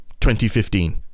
2015